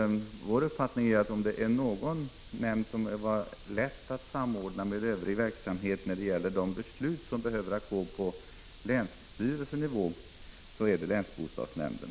Vår uppfattning är att om det ärnågon. ZI —N: nämnd som är lätt att samordna med övrig verksamhet när det gäller beslut ST ge som behöver fattas på länsstyrelsenivå, så är det länsbostadsnämnden.